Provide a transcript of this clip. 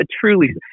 truly